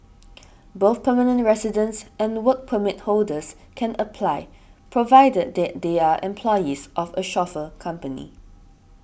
both permanent residents and Work Permit holders can apply provided that they are employees of a chauffeur company